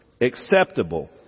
acceptable